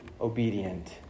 obedient